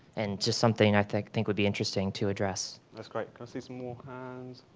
and just something i think think would be interesting to address. that's great. can i see some more hands?